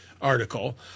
article